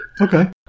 Okay